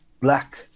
black